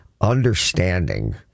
understanding